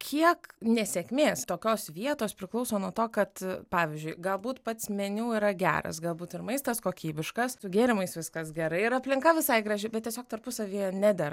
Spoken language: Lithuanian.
kiek nesėkmės tokios vietos priklauso nuo to kad pavyzdžiui galbūt pats meniu yra geras galbūt ir maistas kokybiškas su gėrimais viskas gerai ir aplinka visai graži bet tiesiog tarpusavyje neder